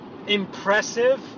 impressive